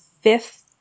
fifth